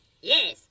Yes